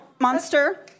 Monster